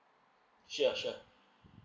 sure sure